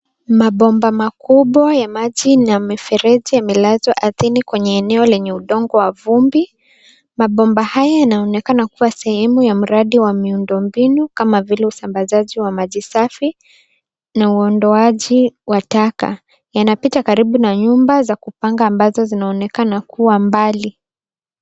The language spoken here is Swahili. Mabomba makubwa ya maji na mifereji yamelazwa kwenye udongo wa vumbi mabomba haya yanaonekana kuwa sehemu ya miradi ya miundombinu kama vile usambazaji wa maji safi na uondoaji wa taka yanapita karibu na nyumba za kupanga ambazo zinaonekana kuwa mbali.